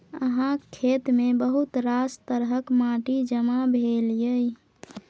अहाँक खेतमे बहुत रास तरहक माटि जमा भेल यै